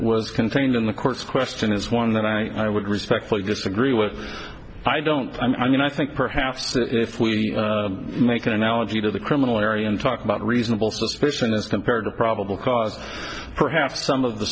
was contained in the court's question is one that i would respectfully disagree with i don't i mean i think perhaps if we make an analogy to the criminal area and talk about reasonable suspicion as compared to probable cause perhaps some of the